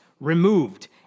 removed